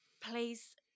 please